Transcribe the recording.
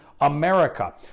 America